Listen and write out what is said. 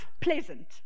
pleasant